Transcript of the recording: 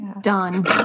Done